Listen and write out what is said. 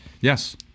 Yes